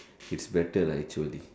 it's better lah actually